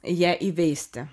ją įveisti